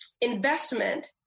investment